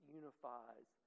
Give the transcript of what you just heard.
unifies